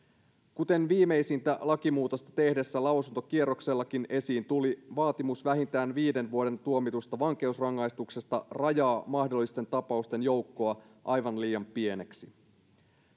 kuten viimeisintä lakimuutosta tehtäessä lausuntokierroksellakin esiin tuli vaatimus vähintään viiden vuoden tuomitusta vankeusrangaistuksesta rajaa mahdollisten tapausten joukkoa aivan liian pieneksi